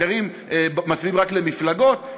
אחרים מצביעים רק למפלגות,